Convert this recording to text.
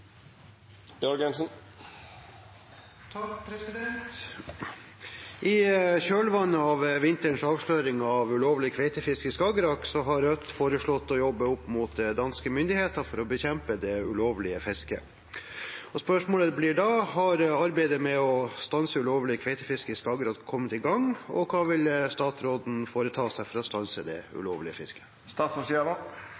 kjølvannet av vinterens avsløringer av ulovlig kveitefiske i Skagerrak har Rødt foreslått å jobbe opp mot danske myndigheter for å bekjempe det ulovlige fisket. Har arbeidet med å stanse ulovlig kveitefiske i Skagerrak kommet i gang, og hva vil statsråden foreta seg for å stanse det